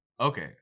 Okay